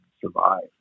survive